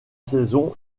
saison